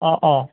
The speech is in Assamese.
অঁ অঁ